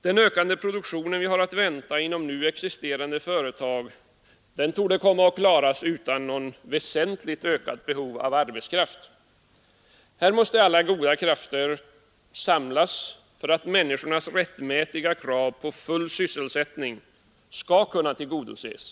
Den ökade produktion vi har att vänta inom nu existerande företag torde komma att klaras utan något väsentligt ökat behov av arbetskraft. Här måste alla goda krafter samlas för att människornas rättmätiga krav på full sysselsättning skall kunna tillgodoses.